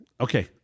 Okay